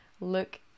look